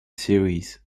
series